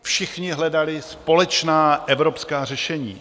Všichni hledali společná evropská řešení.